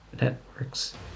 networks